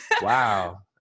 Wow